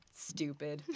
Stupid